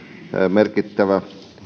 merkittävä